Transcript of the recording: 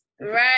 Right